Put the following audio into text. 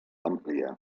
àmplia